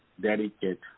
dedicate